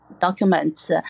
documents